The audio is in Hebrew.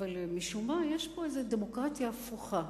אבל משום מה יש פה איזו דמוקרטיה הפוכה.